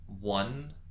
one